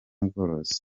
ubworozi